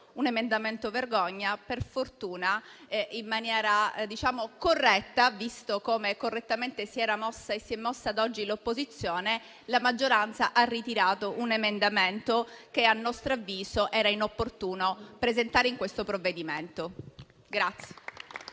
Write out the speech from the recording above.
un emendamento vergogna, per fortuna in maniera corretta - come correttamente si era mossa e si è mossa oggi l'opposizione - la maggioranza ha ritirato un emendamento che, a nostro avviso, era inopportuno presentare a questo provvedimento.